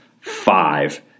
five